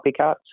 copycats